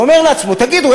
והוא אומר לעצמו: תגידו,